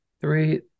Three